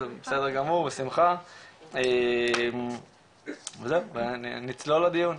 בסדר גמור בשמחה, נצלול לדיון.